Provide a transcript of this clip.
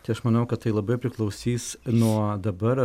tai aš manau kad tai labai priklausys nuo dabar